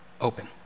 open